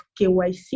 KYC